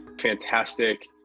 fantastic